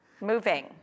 moving